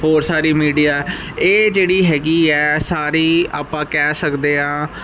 ਹੋਰ ਸਾਰੀ ਮੀਡੀਆ ਇਹ ਜਿਹੜੀ ਹੈਗੀ ਆ ਸਾਰੀ ਆਪਾਂ ਕਹਿ ਸਕਦੇ ਹਾਂ